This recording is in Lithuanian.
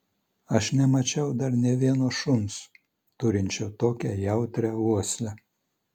aš nemačiau dar nė vieno šuns turinčio tokią jautrią uoslę